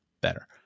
better